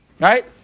Right